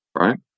right